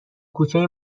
کوچه